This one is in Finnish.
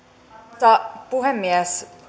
arvoisa puhemies